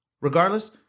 regardless